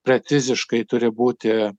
preciziškai turi būti